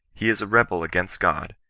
he is a rebel against god,